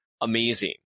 amazing